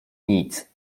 nic